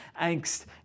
angst